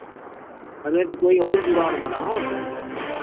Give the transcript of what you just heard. अरे तो कोई और जुगाड़ बनाओ